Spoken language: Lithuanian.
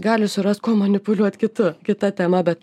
gali surast kuo manipuliuot kitu kita tema bet